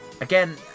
Again